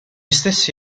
stessi